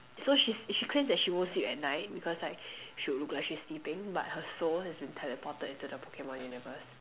so she she claims that she won't sleep at night because like she would look like she's sleeping but her soul has been teleported into the Pokemon universe